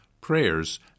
prayers